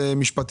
זה משפטי.